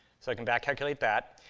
so i can back calculate that.